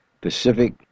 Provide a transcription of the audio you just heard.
Pacific